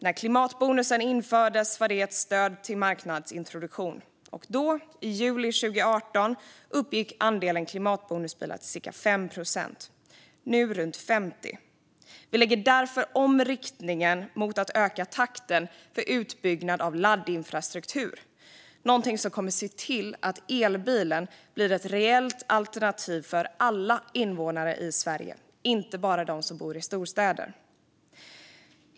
När klimatbonusen infördes var det ett stöd till marknadsintroduktion och då, i juli 2018, uppgick andelen klimatbonusbilar till cirka 5 procent. Nu är det runt 50 procent. Vi lägger därför om riktningen för att öka takten för utbyggnad av laddinfrastruktur, någonting som kommer att se till att elbilen blir ett reellt alternativ för alla invånare i Sverige och inte bara för dem som bor i storstäder.